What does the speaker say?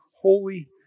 holy